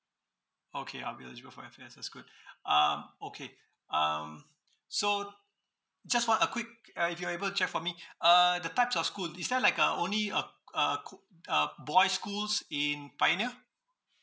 okay I'l be eligible for F_A_S that's good um okay um so just want a quick uh if you're able to check for me uh the type of school is there like a only a uh ku~ uh boys schools in pioneer